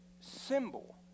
symbol